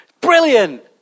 Brilliant